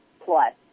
plus